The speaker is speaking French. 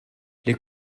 les